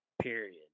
Period